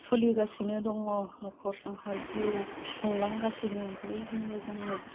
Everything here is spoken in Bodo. सलिगासिनो दङ नखर संसार जिउ खुंलांगासिनो बयजोंबो जोङो